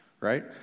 right